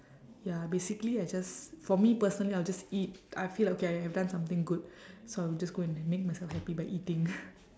ya basically I just for me personally I will just eat I feel like okay I have done something good so I will just go and make myself happy by eating